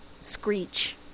Screech